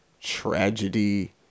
tragedy